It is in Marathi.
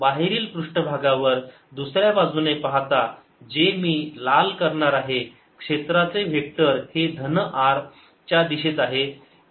बाहेरील पृष्ठभागावर दुसऱ्या बाजूने पाहता जे मी लाल करणार आहे क्षेत्राचे वेक्टर हे धन r च्या दिशेत आहे